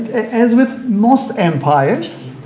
as with most empires,